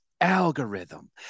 algorithm